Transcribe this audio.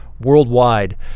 worldwide